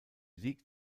liegt